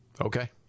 Okay